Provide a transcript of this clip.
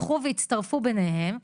ייקחו ויצטרפו ביניהן,